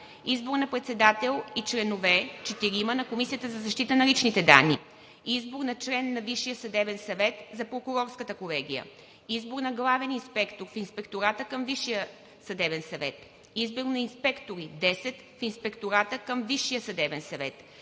Избор на председател и членове – четирима, на Комисията за защита на личните данни. Избор на член на Висшия съдебен съвет за прокурорската колегия. Избор на главен инспектор в Инспектората към Висшия съдебен съвет. Избор на инспектори – десет, в Инспектората към Висшия съдебен съвет.